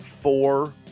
four